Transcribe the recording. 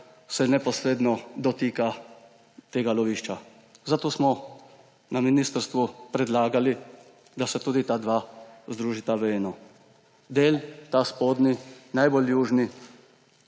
neposredno dotika tega lovišča. Zato smo na ministrstvu predlagali, da se tudi ta dva združita v eno. Spodnji, najbolj južni